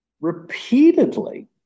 repeatedly